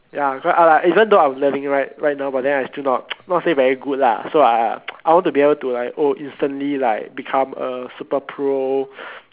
ya even though I'm learning right right now but then I still not not say very good lah so I I want to be able to like oh instantly like become a super pro